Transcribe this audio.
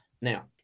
now